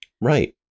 right